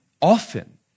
often